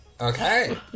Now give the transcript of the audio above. Okay